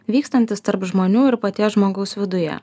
vykstantis tarp žmonių ir paties žmogaus viduje